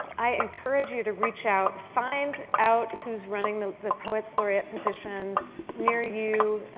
i encourage you to reach out, find out who's running the the poets laureate positions near you,